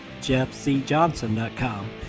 jeffcjohnson.com